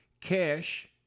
cash